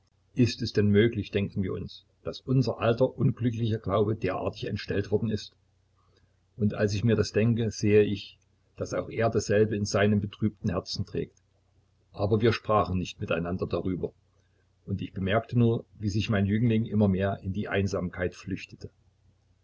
ist es denn möglich denken wir uns daß unser alter unglücklicher glaube derartig entstellt worden ist und indem ich mir das denke sehe ich daß auch er dasselbe in seinem betrübten herzen trägt aber wir sprachen nicht miteinander darüber und ich bemerkte nur wie sich mein jüngling immer mehr in die einsamkeit flüchtete